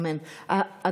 אמן, תודה.